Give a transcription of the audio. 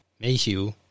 Mayhew